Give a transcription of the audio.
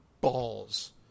balls